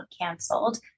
canceled